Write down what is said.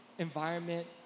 Environment